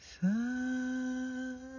sun